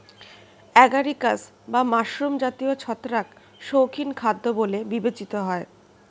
agaricus বা mushroom জাতীয় ছত্রাক শৌখিন খাদ্য বলে বিবেচিত হয়